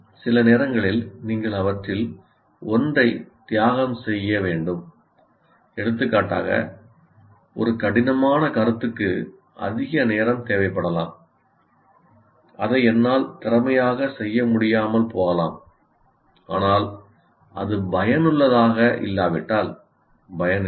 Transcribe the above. சில நேரங்களில் நீங்கள் அவற்றில் ஒன்றை தியாகம் செய்ய வேண்டும் எடுத்துக்காட்டாக ஒரு கடினமான கருத்துக்கு அதிக நேரம் தேவைப்படலாம் அதை என்னால் திறமையாக செய்ய முடியாமல் போகலாம் ஆனால் அது பயனுள்ளதாக இல்லாவிட்டால் பயனில்லை